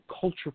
culture